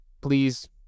please